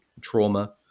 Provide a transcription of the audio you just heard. trauma